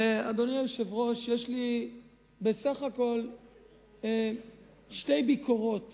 אדוני היושב-ראש, יש לי בסך הכול שתי ביקורות